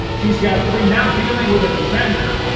she's got three, now dealing with a defender,